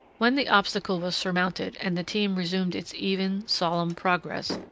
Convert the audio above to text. when the obstacle was surmounted and the team resumed its even, solemn progress,